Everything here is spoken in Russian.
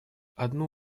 одну